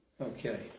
Okay